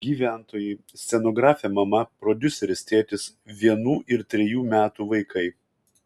gyventojai scenografė mama prodiuseris tėtis vienų ir trejų metų vaikai